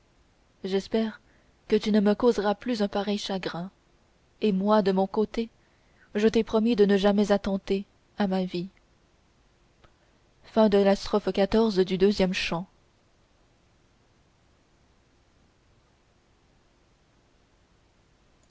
j'espère que tu ne me causeras plus un pareil chagrin et moi de mon côte je t'ai promis de ne jamais attenter à ma vie